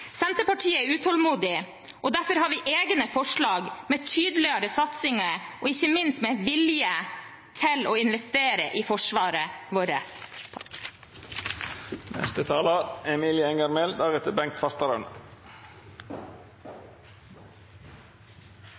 Senterpartiet er utålmodig, og derfor har vi egne forslag med tydeligere satsinger og ikke minst med en vilje til å investere i forsvaret vårt.